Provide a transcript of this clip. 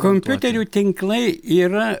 kompiuterių tinklai yra